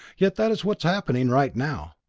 yet that is what is happening right now.